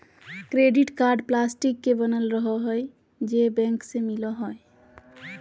credit card plastic के बनल रहो हइ जे बैंक से मिलो हइ